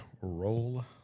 roll